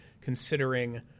considering